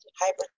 hybrid